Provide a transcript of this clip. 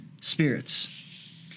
spirits